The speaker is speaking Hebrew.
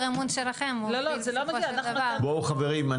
אמון שלכם מוביל בסופו של דבר --- חברים,